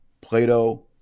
Plato